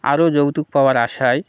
আরও যৌতুক পাওয়ার আশায়